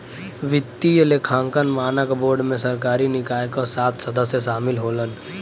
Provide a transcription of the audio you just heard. वित्तीय लेखांकन मानक बोर्ड में सरकारी निकाय क सात सदस्य शामिल होलन